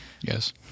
Yes